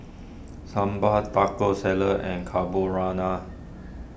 Sambar Taco Salad and Carbonara